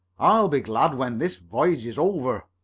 i'll be glad when this voyage is over.